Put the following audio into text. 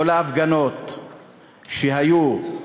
כל ההפגנות שהיו,